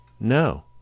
no